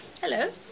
Hello